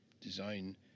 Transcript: design